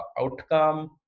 outcome